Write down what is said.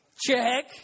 Check